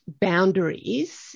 boundaries